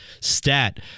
stat